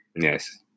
Yes